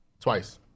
Twice